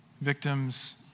victims